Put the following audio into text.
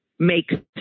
Make